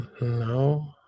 no